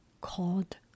called